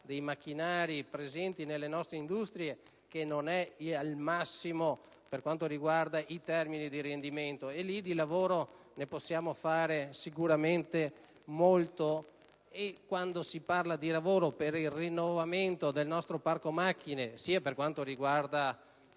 dei macchinari presenti nelle nostre industrie che non è al massimo per quanto riguarda i termini di rendimento. Su tale fronte, di lavoro ne possiamo fare sicuramente molto. Parlando di lavoro, per il rinnovamento del nostro parco macchine per quanto riguarda